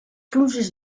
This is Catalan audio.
pluges